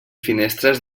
finestres